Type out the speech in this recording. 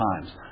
times